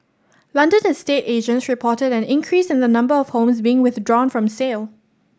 London estate agents reported an increase in the number of homes being withdrawn from sale